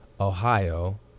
Ohio